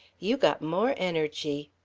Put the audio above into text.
you got more energy.